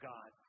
God